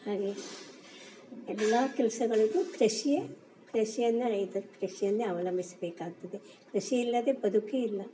ಹಾಗೆ ಎಲ್ಲ ಕೆಲ್ಸಗಳಿಗೂ ಕೃಷಿಯೇ ಕೃಷಿಯನ್ನು ಇದು ಕೃಷಿಯನ್ನೇ ಅವಲಂಭಿಸಬೇಕಾಗ್ತದೆ ಕೃಷಿ ಇಲ್ಲದೆ ಬದುಕೇ ಇಲ್ಲ